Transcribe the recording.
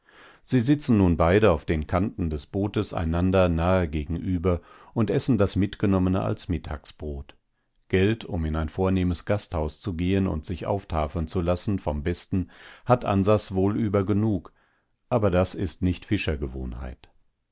sie sitzen nun beide auf den kanten des bootes einander nahe gegenüber und essen das mitgenommene als mittagbrot geld um in ein vornehmes gasthaus zu gehen und sich auftafeln zu lassen vom besten hat ansas wohl übergenug aber das ist nicht